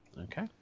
Okay